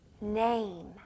name